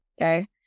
Okay